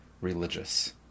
religious